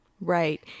Right